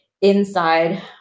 inside